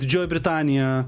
didžioji britanija